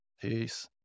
Peace